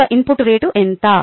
యొక్క input rate ఎంత